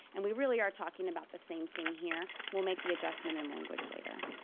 and we really are talking about the same thing here. we'll make the adjustment in language later.